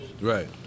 Right